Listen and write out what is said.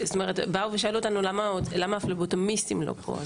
באו ושאלו אותנו: "למה הפלבוטומיסטים לא פה?".